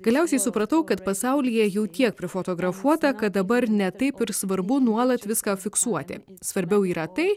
galiausiai supratau kad pasaulyje jau tiek prifotografuota kad dabar ne taip ir svarbu nuolat viską fiksuoti svarbiau yra tai